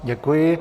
Děkuji.